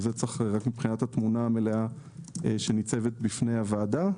אז זה צריך רק מבחינת התמונה המלאה שניצבת בפני הוועדה.